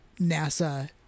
NASA